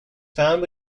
found